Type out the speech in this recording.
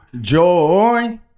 Joy